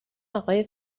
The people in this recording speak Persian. آقای